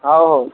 ହଉ ହଉ